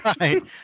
Right